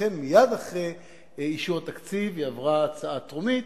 ואכן מייד אחרי אישור התקציב היא עברה בקריאה טרומית,